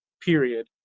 period